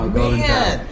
man